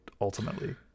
Ultimately